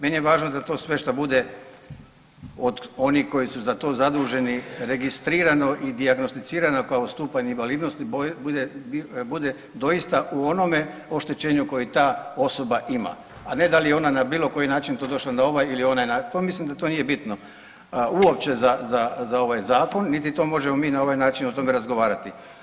Meni je važno da to sve šta bude od onih koji su za to zaduženi registrirano i dijagnosticirano kao stupanj invalidnosti bude doista u onome oštećenju koji ta osoba ima, a ne da li je ona na bilo koji način to došla na ovaj ili onaj, to mislim da to nije bitno uopće za ovaj zakon niti to možemo mi na ovaj način o tome razgovarat.